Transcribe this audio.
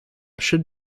should